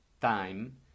time